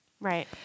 Right